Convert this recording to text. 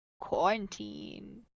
Quarantine